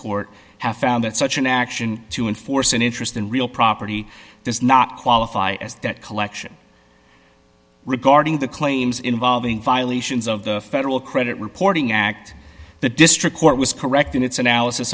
court have found that such an action to enforce an interest in real property does not qualify as that collection regarding the claims involving violations of the federal credit reporting act the district court was correct in its analysis